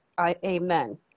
Amen